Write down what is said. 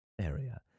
area